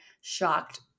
shocked